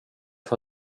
för